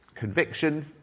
Conviction